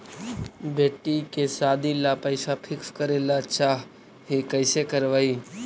बेटि के सादी ल पैसा फिक्स करे ल चाह ही कैसे करबइ?